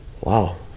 wow